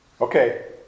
Okay